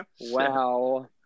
Wow